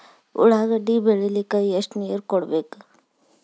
ಉಳ್ಳಾಗಡ್ಡಿ ಬೆಳಿಲಿಕ್ಕೆ ಎಷ್ಟು ನೇರ ಕೊಡಬೇಕು?